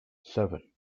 seven